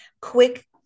quick